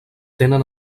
tenen